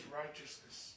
righteousness